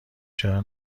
چرا